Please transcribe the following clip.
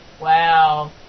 Wow